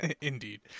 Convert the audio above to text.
indeed